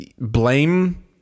blame